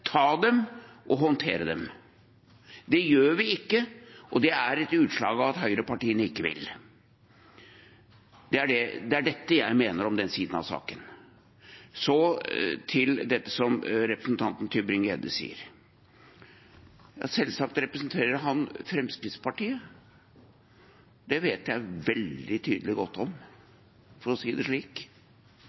ikke, og det er et utslag av at høyrepartiene ikke vil. Det er det jeg mener om den siden av saken. Så til det som representanten Tybring-Gjedde sier. Ja, selvsagt representerer han Fremskrittspartiet. Det vet jeg, veldig tydelig, godt om, for å si det slik.